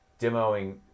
demoing